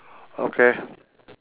okay